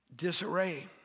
disarray